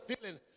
feeling